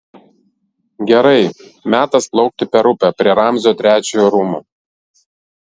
gerai metas plaukti per upę prie ramzio trečiojo rūmų